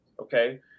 Okay